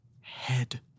head